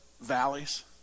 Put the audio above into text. valleys